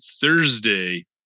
Thursday